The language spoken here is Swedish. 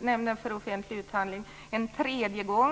Nämnden för offentlig upphandling en tredje gång.